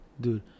Dude